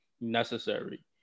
necessary